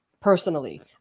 personally